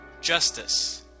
justice